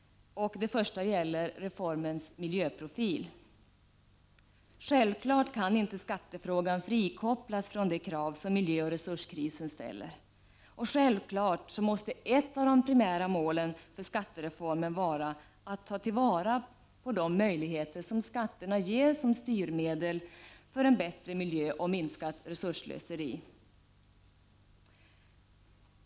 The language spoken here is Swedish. Det första gäller reformens miljöprofil. Självklart kan inte skattefrågan frikopplas från de krav som miljöoch resurskrisen ställer. Självklart måste ett av de primära målen för skattereformen vara att ta till vara de möjligheter skatterna ger som styrmedel för en bättre miljö och ett minskat resursslöseri.